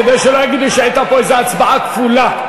כדי שלא יגידו שהייתה פה איזו הצבעה כפולה,